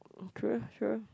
mm true true